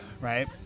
right